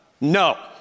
no